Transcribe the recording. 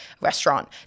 restaurant